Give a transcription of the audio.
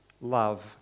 love